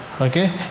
okay